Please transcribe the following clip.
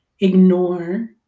ignore